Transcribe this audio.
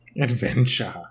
Adventure